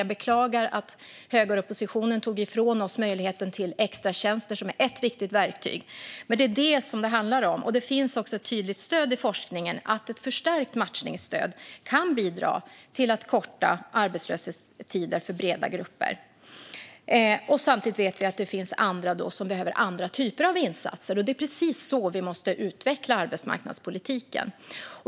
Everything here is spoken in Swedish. Jag beklagar att högeroppositionen tog ifrån oss möjligheten till extratjänster, som är ett viktigt verktyg. Men det är detta som det handlar om. Det finns ett tydligt stöd i forskningen för att ett förstärkt matchningsstöd kan bidra till att korta arbetslöshetstider för breda grupper. Samtidigt vet vi att det finns andra som behöver andra typer av insatser. Det är precis så vi måste utveckla arbetsmarknadspolitiken.